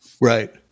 Right